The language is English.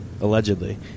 Allegedly